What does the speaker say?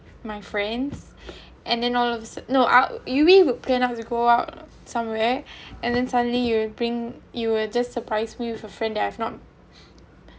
my friends and then all said no I'll you we will plan out as you go out somewhere and then suddenly you'll bring you will just surprised me with a friend I have not